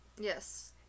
Yes